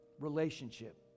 relationship